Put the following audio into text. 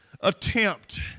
attempt